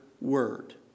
word